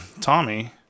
tommy